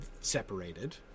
separated